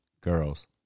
girls